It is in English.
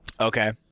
Okay